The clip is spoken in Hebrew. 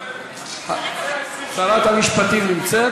איתן, קח דוגמה מביטן, מקצר,